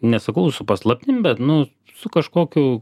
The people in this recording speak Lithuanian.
nesakau su paslaptim bet nu su kažkokiu